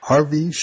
Harvey